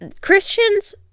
Christians